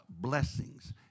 blessings